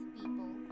people